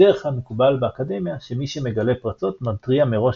בדרך כלל מקובל באקדמיה שמי שמגלה פרצות מתריע מראש